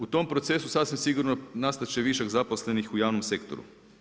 U tom procesu sasvim sigurno nastati će višak zaposlenih u javnom sektoru.